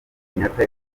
kenyatta